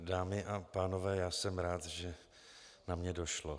Dámy a pánové, jsem rád, že na mě došlo.